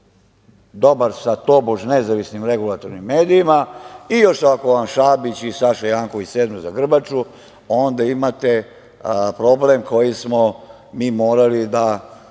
dobar sa tobož nezavisnim regulatornim medijima i još ako vam Šabić i Saša Janković sednu za grbaču, onda imate problem koji smo mi morali da